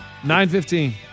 9-15